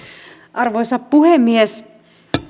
arvoisa puhemies